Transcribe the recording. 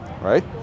right